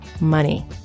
money